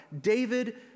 David